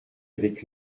avec